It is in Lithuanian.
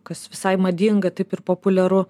kas visai madinga taip ir populiaru